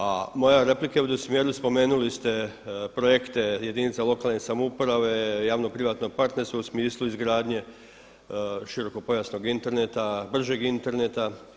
A moja replika ide u smjeru, spomenuli ste projekte jedinice lokalne samouprave, javno privatno partnerstvo u smislu izgradnje širokopojasnog interneta, bržeg interneta.